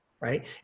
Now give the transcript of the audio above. right